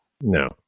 No